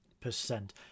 percent